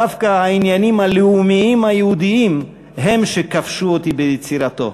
דווקא העניינים הלאומיים-היהודיים הם שכבשו אותי ביצירתו.